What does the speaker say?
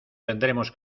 tendremos